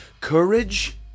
Courage